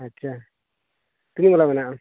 ᱟᱪᱪᱷᱟ ᱛᱤᱱᱟᱹᱜ ᱵᱟᱞᱟ ᱢᱮᱱᱟᱜᱼᱟ